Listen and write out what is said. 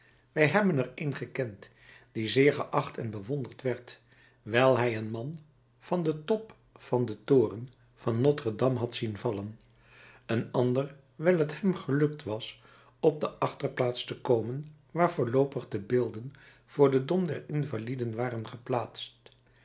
wij hebben er een gekend die zeer geacht en bewonderd werd wijl hij een man van den top van den toren van notre dame had zien vallen een ander wijl het hem gelukt was op de achterplaats te komen waar voorloopig de beelden voor den dom der invaliden waren geplaatst